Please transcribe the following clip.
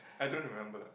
I don't remember